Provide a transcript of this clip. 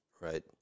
Right